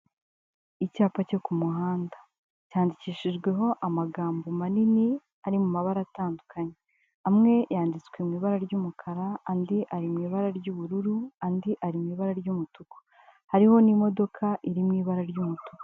Icyapa cyo ku muhanda cyandikishijweho amagambo manini ari mu mabara atandukanye, amwe yanditswe mu ibara ry'umukara andi ari mu ibara ry'ubururu, andi ari mu ibara ry'umutuku, hariho n'imodoka iri mu ibara ry'umutuku.